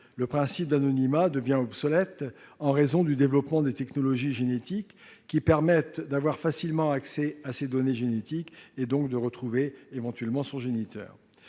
Le principe d'anonymat devient obsolète en raison du développement des technologies génétiques, lesquelles permettent d'avoir facilement accès à ses données génétiques et, donc, de retrouver, éventuellement, son géniteur.